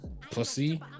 pussy